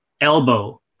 elbow